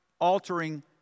altering